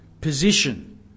position